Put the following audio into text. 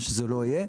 מה זה שזה לא יהיה,